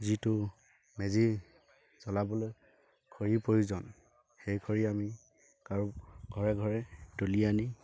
যিটো মেজি জ্বলাবলৈ খৰিৰ প্ৰয়োজন সেই খৰি আমি কাৰো ঘৰে ঘৰে তুলি আনি